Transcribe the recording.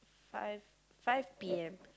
five five p_m